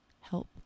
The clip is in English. help